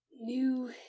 New